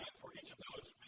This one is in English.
for each of the